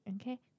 Okay